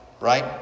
right